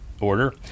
order